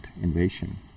invasion